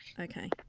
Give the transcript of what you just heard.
Okay